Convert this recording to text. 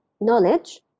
knowledge